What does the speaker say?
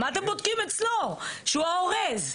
מה אתם בודקים אצלו שהוא האורז?